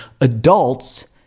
adults